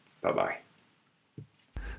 Bye-bye